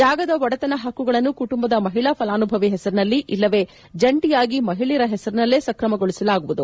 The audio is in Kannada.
ಜಾಗದ ಒಡೆತನ ಹಕ್ಕುಗಳನ್ನು ಕುಟುಂಬದ ಮಹಿಳಾ ಪಲಾನುಭವಿ ಹೆಸರಿನಲ್ಲಿ ಇಲ್ಲವೇ ಜಂಟಿಯಾಗಿ ಮಹಿಳೆಯರ ಹೆಸರಿನಲ್ಲೇ ಸಕ್ರಮಗೊಳಿಸಲಾಗುವುದು